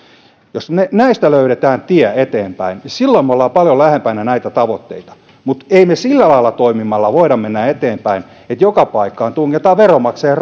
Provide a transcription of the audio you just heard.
jos näistä löydetään tie eteenpäin niin silloin me olemme paljon lähempänä näitä tavoitteita mutta emme me sillä lailla toimimalla voi mennä eteenpäin että joka paikkaan tungetaan veronmaksajien